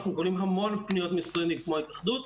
אנחנו מקבלים המון פניות מסטודנטים כמו ההתאחדות,